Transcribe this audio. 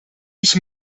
ich